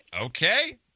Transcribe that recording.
Okay